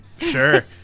Sure